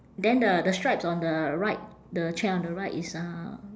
then the the stripes on the right the chair on the right it's uh